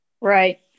Right